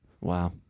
Wow